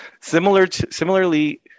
Similarly